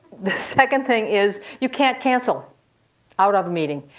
the second thing is, you can't cancel out of meeting.